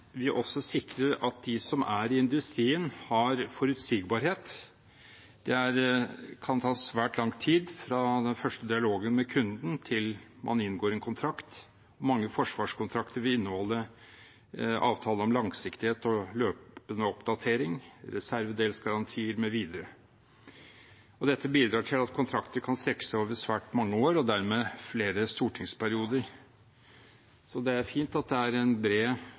vi også sikrer at de som er i industrien, har forutsigbarhet. Det kan ta svært lang tid fra den første dialogen med kunden til man inngår en kontrakt. Mange forsvarskontrakter vil inneholde avtale om langsiktighet og løpende oppdatering, reservedelsgarantier mv. Dette bidrar til at kontrakter kan strekke seg over svært mange år – og dermed flere stortingsperioder. Det er fint at det er en bred